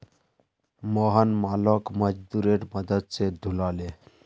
मोहन मालोक मजदूरेर मदद स ढूला ले